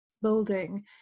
building